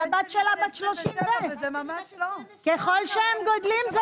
והבת שלה בת 30. ככל שהם גדולים זה